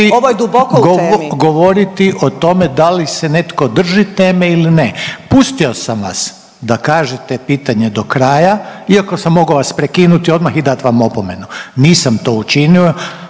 Ovo je duboko u temi./…